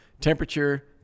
temperature